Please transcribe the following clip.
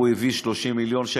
הוא הביא 30 מיליון שקל,